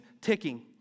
ticking